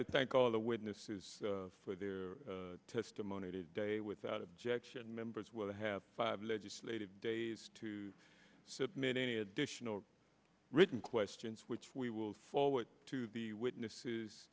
to thank all the witnesses for their testimony today without objection members will have five legislative days to submit any additional written questions which we will forward to the witnesses